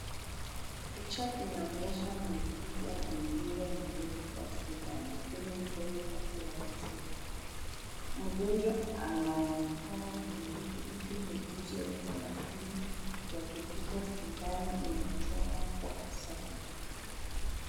Picha inaonyesha muuguzi akimdunga mgonjwa sindano kwenye mkono wake wa kushoto. Mgonjwa anonekana mtulivu huku muuguzi akiwa makini kuhakikisha sindano inachomwa kwa usahihi.